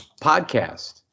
podcast